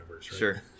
Sure